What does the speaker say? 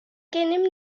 gennym